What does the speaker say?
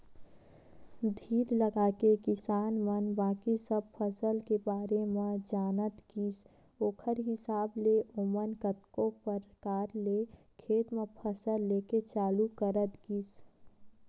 धीर लगाके किसान मन बाकी सब फसल के बारे म जानत गिस ओखर हिसाब ले ओमन कतको परकार ले खेत म फसल लेके चालू करत गिस